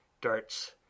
darts